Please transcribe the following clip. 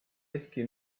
ehkki